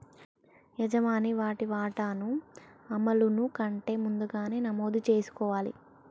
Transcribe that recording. యజమాని వాటి వాటాను అమలును కంటే ముందుగానే నమోదు చేసుకోవాలి